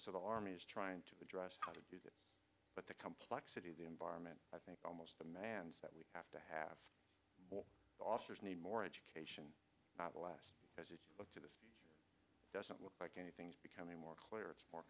so the army is trying to address how to do that but the complexity of the environment i think almost demands that we have to have officers need more education not last as you look to this doesn't look like anything's becoming more clear it's more